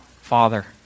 father